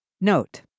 Note